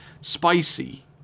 spicy